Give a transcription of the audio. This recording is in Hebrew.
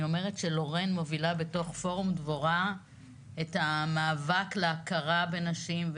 ואני אומרת שלורן מובילה בתוך פורום דבורה את המאבק להכרה בנשים,